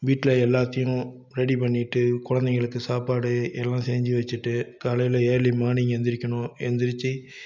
வீட்டில் எல்லாத்தையும் ரெடி பண்ணிவிட்டு குழந்தைங்களுக்கு சாப்பாடு எல்லாம் செஞ்சு வச்சிட்டு காலையில் ஏர்லி மார்னிங் எந்திரிக்கணும் எந்திரிச்சு